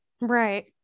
Right